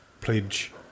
pledge